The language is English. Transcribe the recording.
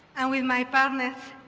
and with my partners,